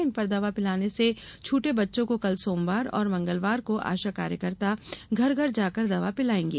इन पर दवा पिलाने से छूटे बच्चों को कल सोमवार और मंगलवार को आशा कार्यकर्ता घर घर जाकर दवा पिलाएंगी